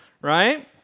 right